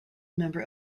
member